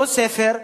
אותו ספר,